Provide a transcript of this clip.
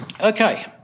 okay